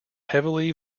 heavily